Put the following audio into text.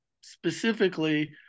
specifically